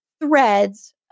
threads